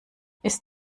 ist